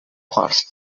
parts